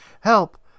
help